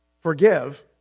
Forgive